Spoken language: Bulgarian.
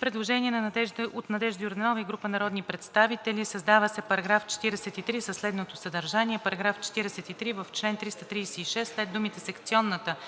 Предложение от Надежда Йорданова и група народни представители: „Създава се § 43 със следното съдържание: „§ 43. В чл. 336 след думите „секционната избирателна